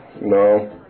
no